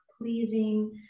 pleasing